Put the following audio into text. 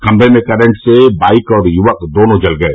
खंबे में करंट से बाइक और य्वक दोनो जल गए